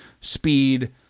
Speed